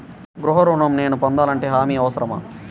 గృహ ఋణం నేను పొందాలంటే హామీ అవసరమా?